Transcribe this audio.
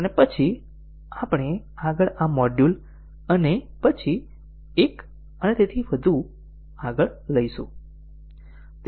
અને પછી આપણે આગળ આ મોડ્યુલ અને પછી આ એક અને તેથી આગળ લઈ જઈશું